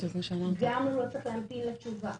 הוא גם לא צריך להמתין לתשובה.